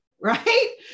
Right